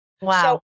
Wow